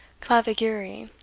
clavigeri,